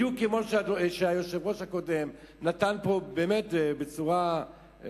בדיוק כמו שהיושב-ראש הקודם נתן פה באמת בצורה,